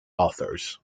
authors